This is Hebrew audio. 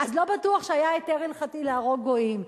אז לא בטוח שהיה היתר הלכתי להרוג גויים.